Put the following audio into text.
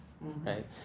right